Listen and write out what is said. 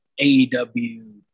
AEW